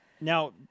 Now